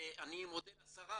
אני מודה לשרה